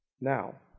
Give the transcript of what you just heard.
Now